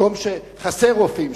מקום שחסר בו רופאים,